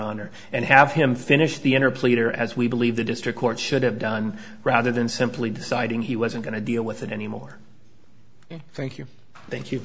honor and have him finish the inner pleader as we believe the district court should have done rather than simply deciding he wasn't going to deal with it anymore thank you thank you